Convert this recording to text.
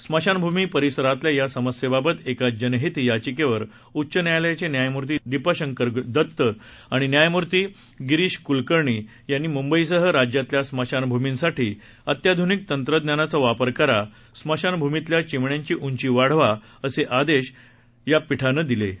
समशानभूमी परिसरातील या समस्येबाबत एका जनहित याचिकेवर उच्च न्यायालयाचे न्यायमूर्ती दीपांकर दत्ता आणि न्यायम्थी गिरीश क्लकर्णी यांनी म्ंबईसह राज्यातल्या स्मशानभूमींसाठी अत्याध्निक तंत्रज्ञानाचा वापर करा स्मशानभूमीतील चिमण्यांच्या उंची वाढवा असे आदेश न्यायालयाच्या खंडपीठानं पालिकांना दिले आहेत